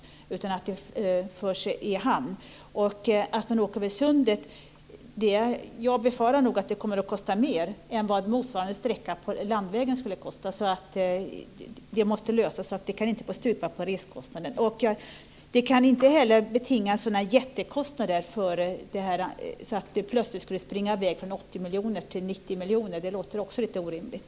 Det är viktigt att det förs i hamn. Att åka över sundet befarar jag kommer att kosta mer än vad motsvarande sträcka på land skulle kosta. Det måste lösas. Det ska inte få stupa på resekostnaden. Det kan inte heller betinga sådana jättekostnader att det plötsligt skulle springa iväg från 80 till 90 miljoner. Det låter också lite orimligt.